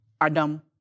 Adam